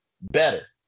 better